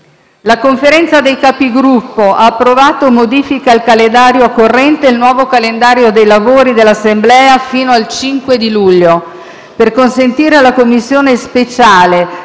La Conferenza dei Capigruppo ha approvato modifiche al calendario corrente e il nuovo calendario dei lavori dell'Assemblea fino al 5 luglio. Per consentire alla Commissione speciale